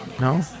No